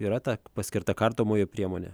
yra ta paskirta kardomoji priemonė